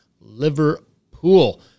Liverpool